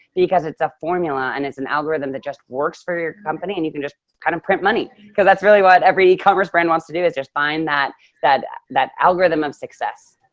because it's a formula and it's an algorithm that just works for your company and you can just kind of print money. cause that's really what every commerce brand wants to do is just find that that algorithm of success.